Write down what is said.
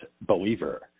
Believer